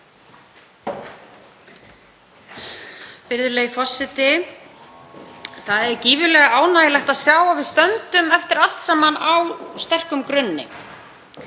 Virðulegi forseti. Það er gífurlega ánægjulegt að sjá að við stöndum eftir allt saman á sterkum grunni.